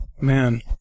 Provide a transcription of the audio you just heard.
Man